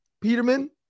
Peterman